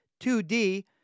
2D